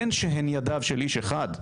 בין שהן ידיו של איש אחד,